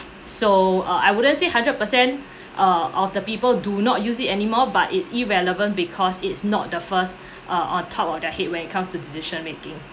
so uh I wouldn't say hundred percent err of the people do not use it anymore but it's irrelevant because it's not the first err on top of their head when it comes to decision-making